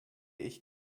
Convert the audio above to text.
ich